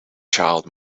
child